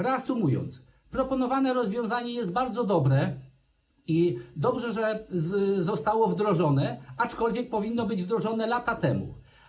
Reasumując, proponowane rozwiązanie jest bardzo dobre, i dobrze, że zostało wdrożone, aczkolwiek powinno być wdrożone lata temu.